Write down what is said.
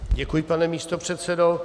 Děkuji, pane místopředsedo.